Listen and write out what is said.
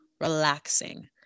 relaxing